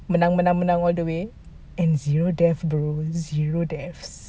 menang menang menang all the way and zero deaths bro zero deaths